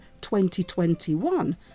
2021